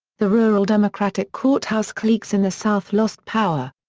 the rural democratic courthouse cliques in the south lost power.